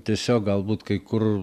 tiesiog galbūt kai kur